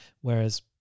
whereas